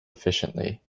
efficiently